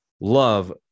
love